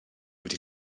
wedi